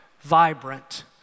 vibrant